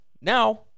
Now